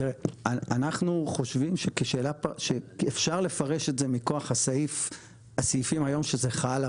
אנחנו חושבים שאפשר לפרש את זה מכוח הסעיפים היום שזה חל,